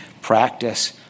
practice